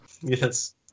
Yes